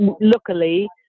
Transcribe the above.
luckily